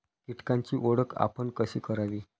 कीटकांची ओळख आपण कशी करावी?